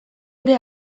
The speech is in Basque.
ere